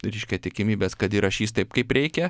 reiškia tikimybės kad įrašys taip kaip reikia